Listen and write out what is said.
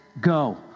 go